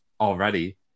already